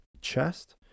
chest